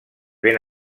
ben